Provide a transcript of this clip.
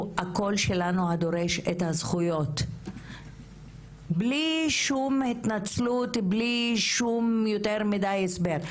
הקול שלנו הדורש את הזכויות בלי שום התנצלות ובלי שום יותר מידי הסבר.